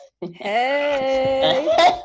hey